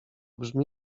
brzmi